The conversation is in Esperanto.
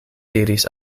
diris